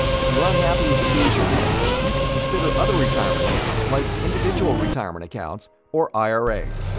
if you're unhappy with the fees you're paying, you can consider other retirement accounts like individual retirement accounts, or iras.